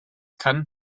kann